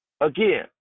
Again